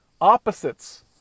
opposites